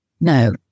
No